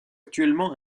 actuellement